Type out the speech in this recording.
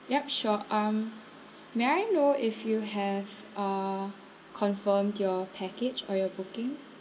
yup sure um may I know if you have uh confirmed your package or your booking